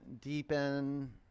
deepen